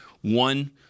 one